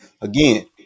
again